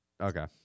Okay